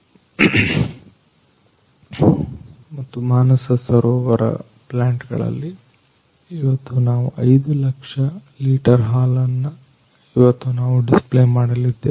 ದರ್ಯುದ ಮತ್ತು ಮಾನಸ ಸರೋವರ ಪ್ಲಾಂಟ್ ಗಳಲ್ಲಿ ಇವತ್ತು ನಾವು 5 ಲಕ್ಷ ಲೀಟರ್ ಹಾಲನ್ನ ಇವತ್ತು ನಾವು ಡಿಸ್ಪ್ಲೇ ಮಾಡಲಿದ್ದೇವೆ